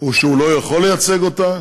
או שהוא לא יכול לייצג אותה,